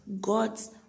God's